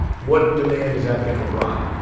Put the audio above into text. what demand is that going to drive?